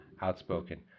outspoken